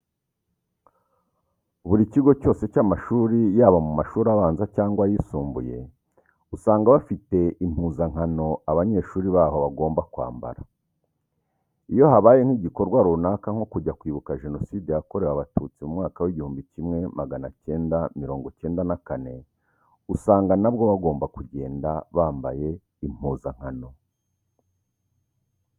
Buri kigo cyose cy'amashuri yaba mu mashuri abanza cyangwa ayisumbuye usanga bafite impuzankano abanyeshuri baho bagomba kwambara. Iyo habaye nk'igikorwa runaka nko kujya Kwibuka Jenoside Yakorerwe Abatutsi mu mwaka w'igihumbi kimwe magana icyenda mirongo icyenda na kane usanga na bwo bagomba kugenda bambaye impuzankano.